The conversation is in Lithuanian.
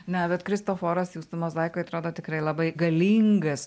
ne bet kristoforas jūsų mozaikoj atrodo tikrai labai galingas